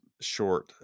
short